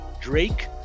Drake